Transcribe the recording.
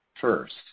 First